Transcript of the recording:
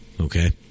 Okay